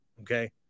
okay